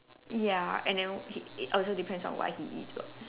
ya and then it it also depends on what he eats lor